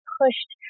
pushed